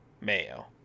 Mayo